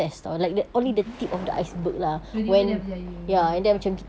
mm betul tiba-tiba dah berjaya